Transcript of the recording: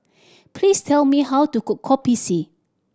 please tell me how to cook Kopi C